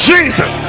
Jesus